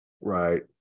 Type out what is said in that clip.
right